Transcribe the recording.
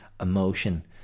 emotion